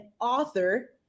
author